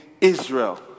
Israel